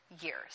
years